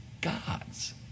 God's